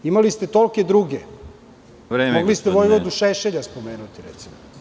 Imali ste tolike druge, mogli ste Vojvodu Šešeljaspomenuti, recimo.